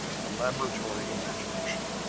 the laboratory imagination.